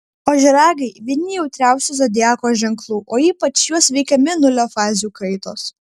ožiaragiai vieni jautriausių zodiako ženklų o ypač juos veikia mėnulio fazių kaitos